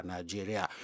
Nigeria